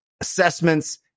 assessments